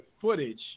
footage